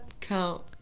count